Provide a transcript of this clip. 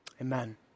Amen